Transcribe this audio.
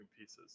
pieces